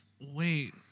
wait